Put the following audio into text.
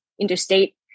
interstate